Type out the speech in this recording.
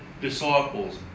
disciples